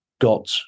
got